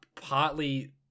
partly